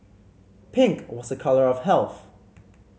pink was a colour of health